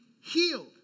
healed